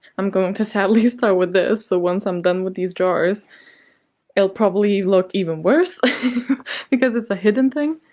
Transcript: i'm going to sadly start with this. so, once i'm done with these drawers it'll probably look even worse because it's a hidden thing,